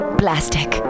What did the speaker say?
plastic